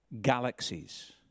galaxies